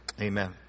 Amen